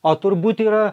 o turbūt yra